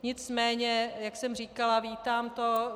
Nicméně jak jsem říkala, vítám to.